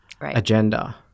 agenda